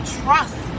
trust